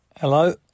Hello